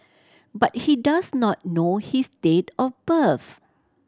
but he does not know his date of birth